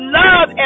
love